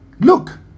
Look